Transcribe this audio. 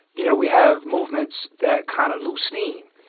you know, we have movements that kind of lose steam.